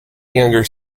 younger